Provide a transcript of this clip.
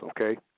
okay